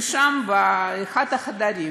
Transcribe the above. ושם, באחד החדרים